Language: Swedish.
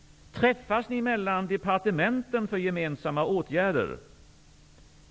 Träffas ni mellan departementen för att diskutera gemensamma åtgärder?